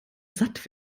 satt